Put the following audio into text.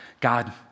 God